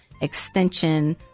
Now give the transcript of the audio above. extension